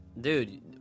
dude